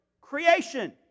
Creation